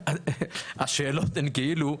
השאלות הן כאילו: